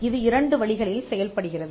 இது இரண்டு வழிகளில் செயல்படுகிறது